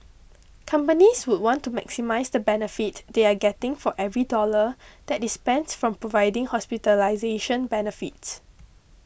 companies would want to maximise the benefit they are getting for every dollar that is spent from providing hospitalisation benefit